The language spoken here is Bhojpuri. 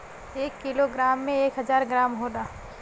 एक कीलो ग्राम में एक हजार ग्राम होला